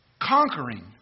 conquering